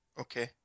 okay